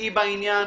היא בעניין,